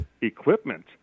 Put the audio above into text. equipment